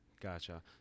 Gotcha